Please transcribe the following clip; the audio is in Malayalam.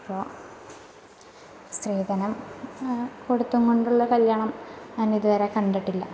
അപ്പോൾ സ്ത്രീധനം കൊടുത്തും കൊണ്ടുള്ള കല്യാണം ഞാനിതുവരെ കണ്ടിട്ടില്ല